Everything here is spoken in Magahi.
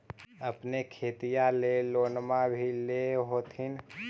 अपने खेतिया ले लोनमा भी ले होत्थिन?